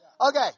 Okay